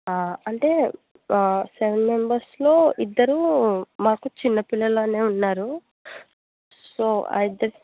అంటే సెవెన్ మెంబెర్స్లో ఇద్దరు మాకు చిన్న పిల్లలాగ ఉన్నారు సో ఆ ఇద్దరికి